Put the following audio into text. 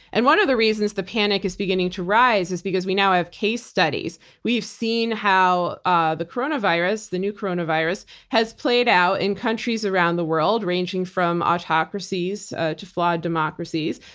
and one of the reasons the panic is beginning to rise is because we now have case studies. we've seen how ah the coronavirus, the new coronavirus, has played out in countries around the world ranging from autocracies to flawed democracies.